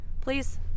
please